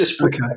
Okay